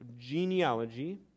genealogy